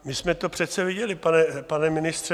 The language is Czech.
My jsme to přece viděli, pane ministře.